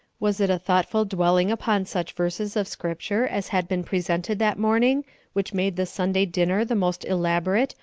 was it a thoughtful dwelling upon such verses of scripture as had been presented that morning which made the sunday dinner the most elaborate,